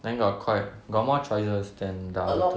then got Koi got more choices than the other two